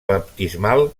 baptismal